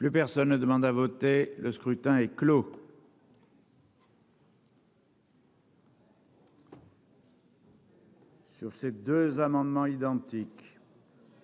Le personne ne demande à voter, le scrutin est clos. Sur ces deux amendements identiques.